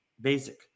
basic